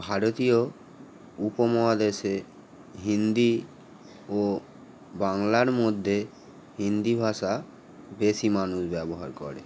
ভারতীয় উপমহাদেশে হিন্দি ও বাংলার মধ্যে হিন্দি ভাষা বেশি মানুষ ব্যবহার করে